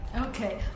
Okay